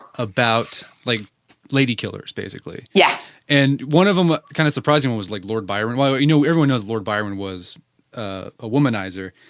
about like lady killers basically yeah and one of them ah kind of surprising was like lord byron, but you know everyone knows lord byron was a womanizer.